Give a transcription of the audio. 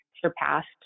surpassed